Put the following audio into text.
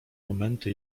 momenty